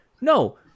no